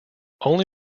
only